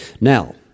Now